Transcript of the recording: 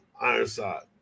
Ironside